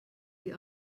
die